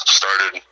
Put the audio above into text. started